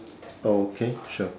okay sure